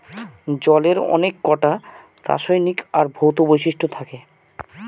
জলের অনেককটা রাসায়নিক আর ভৌত বৈশিষ্ট্য থাকে